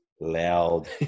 loud